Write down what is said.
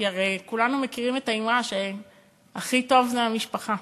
כי הרי כולנו מכירים את האמרה שהכי טוב זה המשפחה,